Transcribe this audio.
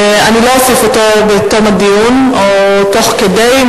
אני לא אוסיף אותו בתום הדיון או תוך כדי,